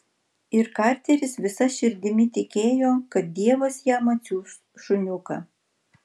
ir karteris visa širdimi tikėjo kad dievas jam atsiųs šuniuką